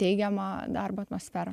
teigiamą darbo atmosferą